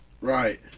Right